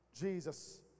Jesus